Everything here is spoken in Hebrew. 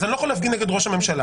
אז אני לא יכול להפגין נגד ראש הממשלה,